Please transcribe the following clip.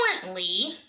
currently